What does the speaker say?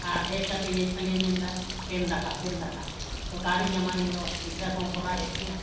ᱟᱨ ᱦᱮᱡ ᱠᱟᱛᱮᱫ ᱜᱮ ᱠᱷᱟᱹᱞᱤ ᱢᱮᱱᱫᱟᱭ ᱫᱮᱱ ᱫᱟᱠᱟ ᱫᱮᱱ ᱫᱟᱠᱟ ᱛᱚ ᱚᱠᱟᱨᱤᱧ ᱧᱟᱢᱟ ᱤᱧᱫᱚ ᱜᱤᱫᱽᱨᱟᱹ ᱠᱚᱦᱚᱸ ᱠᱚ ᱨᱟᱜᱼᱮᱫ ᱛᱤᱧᱟᱹ